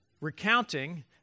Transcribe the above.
recounting